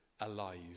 alive